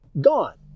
gone